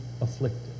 afflicted